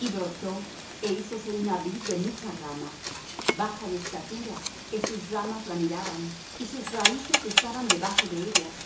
y brotó é hízose una vid de mucha rama baja de estatura que sus ramas la miraban y sus raíces estaban debajo de ella